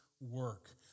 work